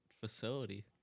facility